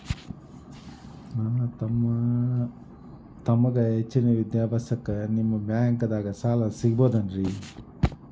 ನನ್ನ ತಮ್ಮಗ ಹೆಚ್ಚಿನ ವಿದ್ಯಾಭ್ಯಾಸಕ್ಕ ನಿಮ್ಮ ಬ್ಯಾಂಕ್ ದಾಗ ಸಾಲ ಸಿಗಬಹುದೇನ್ರಿ?